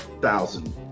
thousand